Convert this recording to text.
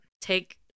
take